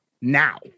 now